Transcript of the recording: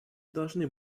должны